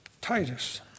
Titus